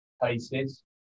places